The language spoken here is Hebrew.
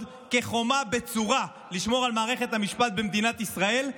כחומה בצורה לשמור על מערכת המשפט במדינת ישראל.